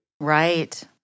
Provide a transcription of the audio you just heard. Right